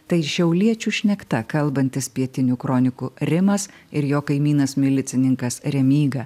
tai šiauliečių šnekta kalbantis pietinių kronikų rimas ir jo kaimynas milicininkas remyga